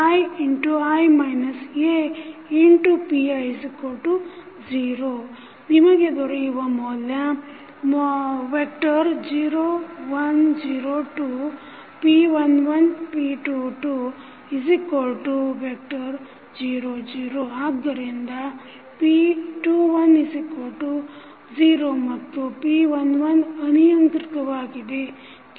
iI Api0 ನಿಮಗೆ ದೊರೆಯುವ ಮೌಲ್ಯ 0 1 0 2 p11 p21 0 0 ಆದ್ದರಿಂದ p210 ಮತ್ತು p11 ಅನಿಯಂತ್ರಿತವಾಗಿದೆ